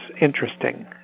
interesting